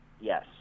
yes